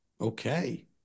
Okay